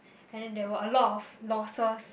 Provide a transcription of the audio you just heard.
and then there were a lot of losses